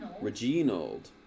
Reginald